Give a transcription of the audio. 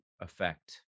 effect